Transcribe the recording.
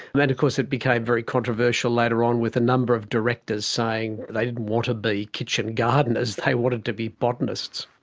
of and course it became very controversial later on with a number of directors saying they didn't want to be kitchen gardeners, they wanted to be botanists.